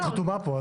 את חתומה פה.